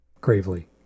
Gravely